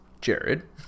jared